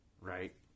Right